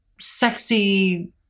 sexy